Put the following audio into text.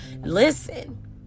Listen